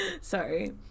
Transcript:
Sorry